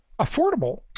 affordable